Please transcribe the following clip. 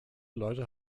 leute